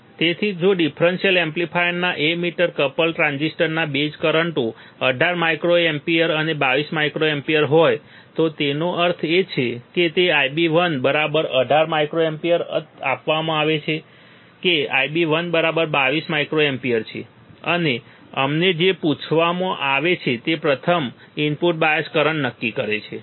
તેથી જો ડિફરન્સીયલ એમ્પ્લીફાયરના એમીટર કપલ ટ્રાન્સિસ્ટર્સના બેઝ કરંટો 18 માઇક્રોએમ્પીયર અને 22 માઇક્રોએમ્પીયર હોય તો તેનો અર્થ એ છે કે તે Ib1 બરાબર 18 માઇક્રોએમ્પીયર આપવામાં આવે છે કે Ib1 બરાબર 22 માઇક્રોએમ્પીયર છે અને અમને જે પૂછવામાં આવે છે તે પ્રથમ ઇનપુટ બાયસ કરંટ નક્કી કરે છે